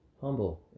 humble